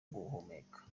guhumeka